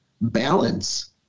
balance